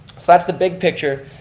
asides the big picture,